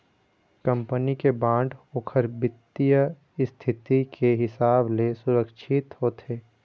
company के bond ओखर बित्तीय इस्थिति के हिसाब ले सुरक्छित होथे